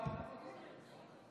לנו אמרו שמשפחה לפני הכול.